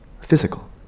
physical